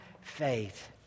faith